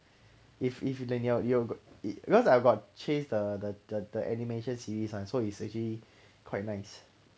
if if you like if you got because I've got chased the the the the animation series one so it's actually quite nice